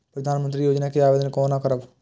प्रधानमंत्री योजना के आवेदन कोना करब?